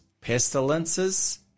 pestilences